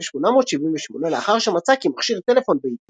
1878 לאחר שמצא כי מכשיר טלפון ביתי